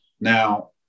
Now